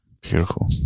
Beautiful